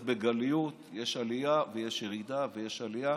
בגליות: יש עלייה ויש ירידה ויש עלייה.